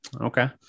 Okay